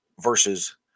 versus